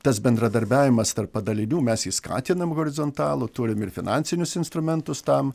tas bendradarbiavimas tarp padalinių mes skatinam horizontalų turim ir finansinius instrumentus tam